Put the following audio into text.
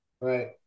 Right